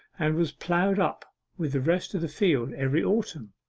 and was ploughed up with the rest of the field every autumn,